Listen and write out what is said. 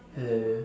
hello